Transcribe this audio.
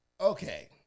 Okay